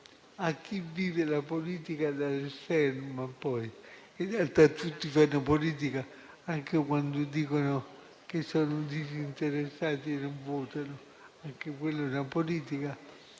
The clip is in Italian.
a chi vive la politica dall'esterno, ma poi in realtà tutti fanno politica anche quando dicono che sono disinteressati e non votano (anche quella è una politica).